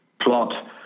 plot